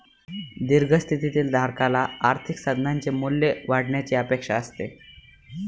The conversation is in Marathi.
दीर्घ स्थितीतील धारकाला आर्थिक साधनाचे मूल्य वाढण्याची अपेक्षा असते